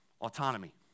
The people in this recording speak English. Autonomy